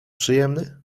przyjemny